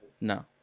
No